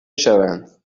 شوند